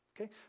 Okay